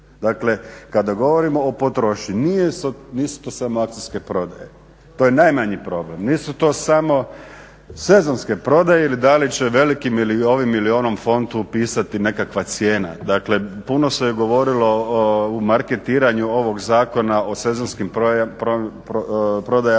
Dakle, kada govorimo o potrošnji nisu to samo akcijske prodaje, to je najmanji problem. Nisu to samo sezonske prodaje ili da li će velikim ili ovom ili onom fontu pisati nekakva cijena. Dakle, puno se govorilo u marketiranju ovog zakona o sezonskim prodajama, akcijama